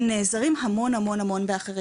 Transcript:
הם נעזרים המון באחרים,